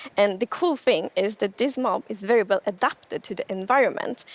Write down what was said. and the cool thing is that this mob is very well adapted to the environment.